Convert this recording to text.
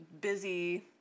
busy